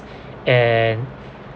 and